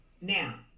now